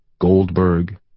Goldberg